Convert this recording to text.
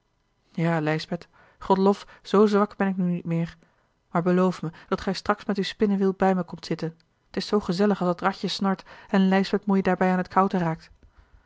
ja lijsbeth godlof zoo zwak ben ik nu niet meer maar beloof me dat gij straks met uw spinnewiel bij mij komt zitten t is zoo gezellig als dat radje snort en lijsbeth moei daarbij aan t kouten